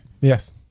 yes